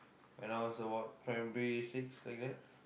when I was about primary six like that